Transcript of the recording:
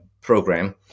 program